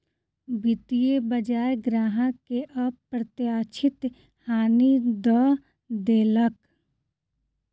वित्तीय बजार ग्राहक के अप्रत्याशित हानि दअ देलक